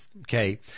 Okay